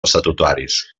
estatutaris